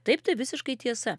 taip tai visiškai tiesa